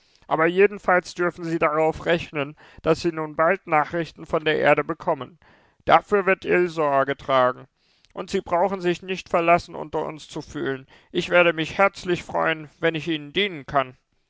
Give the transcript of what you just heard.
aber jedenfalls dürfen sie darauf rechnen daß sie nun bald nachrichten von der erde bekommen dafür wird ill sorge tragen und sie brauchen sich nicht verlassen unter uns zu fühlen ich werde mich herzlich freuen wenn ich ihnen dienen kann